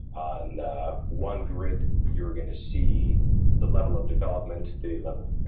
and one grid, you are gonna see the level of development, the level